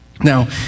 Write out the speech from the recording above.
Now